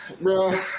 bro